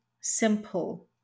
simple